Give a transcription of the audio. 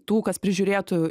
tų kas prižiūrėtų